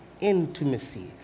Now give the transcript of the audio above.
Intimacy